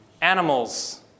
animals